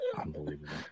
Unbelievable